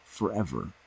forever